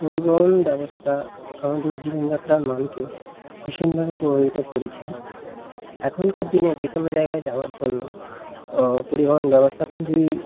পরিবহন ব্যবস্থা আমাদের জীবনযাত্রার মানকে ভীষণভাবে প্রভাবিত করেছে এখনকার দিনে যে কোনও জায়গায় যাওয়ার জন্য পরিবহন ব্যবস্থা খুবই